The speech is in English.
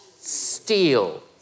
steal